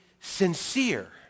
sincere